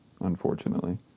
unfortunately